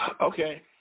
Okay